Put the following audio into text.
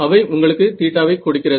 அவை உங்களுக்கு θ வை கொடுக்கிறது